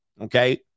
Okay